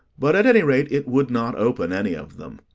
but at any rate it would not open any of them.